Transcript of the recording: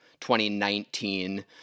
2019